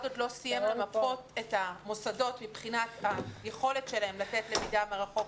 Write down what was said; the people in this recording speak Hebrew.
עוד לא סיים למפות את המוסדות מבחינת היכולת שלהם לתת למידה מרחוק